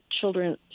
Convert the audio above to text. children